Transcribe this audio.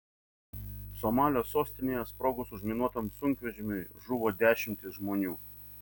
somalio sostinėje sprogus užminuotam sunkvežimiui žuvo dešimtys žmonių